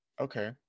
Okay